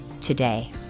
today